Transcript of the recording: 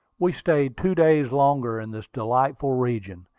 we stayed two days longer in this delightful region.